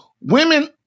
Women